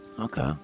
Okay